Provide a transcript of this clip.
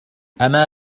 أما